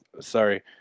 sorry